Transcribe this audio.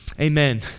Amen